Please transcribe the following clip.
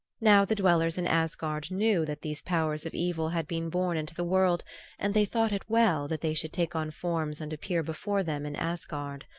now the dwellers in asgard knew that these powers of evil had been born into the world and they thought it well that they should take on forms and appear before them in asgard.